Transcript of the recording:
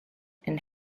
and